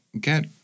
get